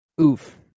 Oof